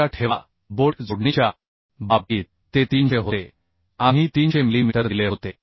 लक्षात ठेवा बोल्ट जोडणीच्या बाबतीत ते 300 होते आपण 300 मिलीमीटर दिले होते